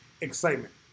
excitement